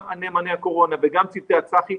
גם נאמני הקורונה וגם צוותי הצח"י,